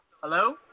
Hello